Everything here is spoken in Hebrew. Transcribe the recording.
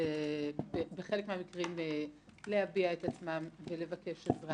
בחלק מהמקרים להביע את עצמם ולבקש עזרה,